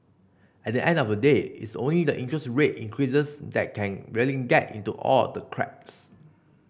at the end of the day it's only interest rate increases that can really get into all the cracks